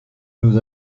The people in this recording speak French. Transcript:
nous